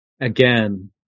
Again